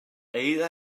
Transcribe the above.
ada